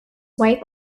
wife